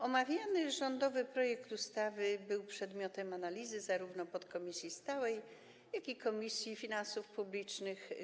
Omawiany rządowy projekt ustawy był przedmiotem analizy zarówno podkomisji stałej, jak i Komisji Finansów Publicznych.